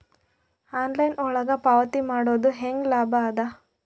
Online ಒಳಗ ಪಾವತಿ ಮಾಡುದು ಹ್ಯಾಂಗ ಲಾಭ ಆದ?